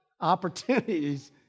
opportunities